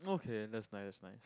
okay that's nice nice